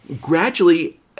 gradually